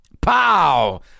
Pow